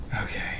Okay